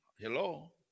Hello